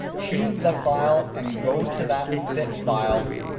choose the file and go to that fit file,